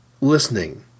listening